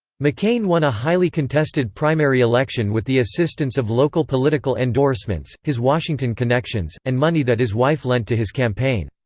mccain won a highly contested primary election with the assistance of local political endorsements, his washington connections, and money that his wife lent to his campaign.